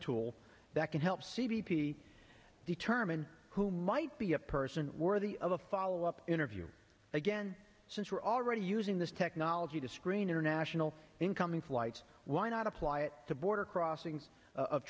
tool that can help c b p determine who might be a person worthy of a follow up interview again since we're already using this technology to screen international incoming flights why not apply it to border crossings of